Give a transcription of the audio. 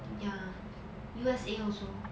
ya U_S_A also